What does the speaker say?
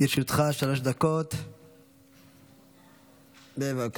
היא שאין שם מנהיג אחד שאינו מחבל,